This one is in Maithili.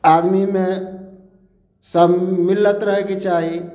आदमीमे सब मिलत रहयके चाही